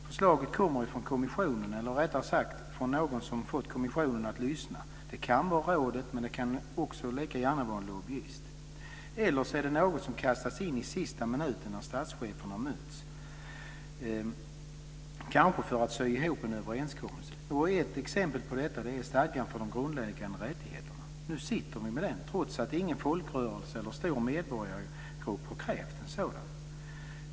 Förslaget kommer från kommissionen, eller rättare sagt, från någon som fått kommissionen att lyssna. Det kan vara rådet, men det kan också lika gärna vara en lobbyist. Eller är det något som kastas in i sista minuten när statscheferna möts kanske för att sy ihop en överenskommelse. Ett exempel på detta är stadgan för de grundläggande rättigheterna. Nu sitter vi med den, trots att ingen folkrörelse eller stor medborgargrupp har krävt en sådan.